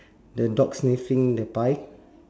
the dog's facing the pie